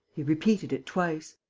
he repeated it twice.